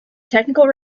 technical